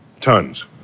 tons